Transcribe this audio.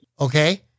Okay